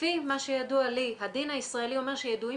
לפי מה שידוע לי הדין הישראלי אומר שידועים